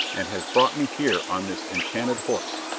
and has brought me here on this enchanted horse.